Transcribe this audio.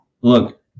Look